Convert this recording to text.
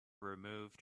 removed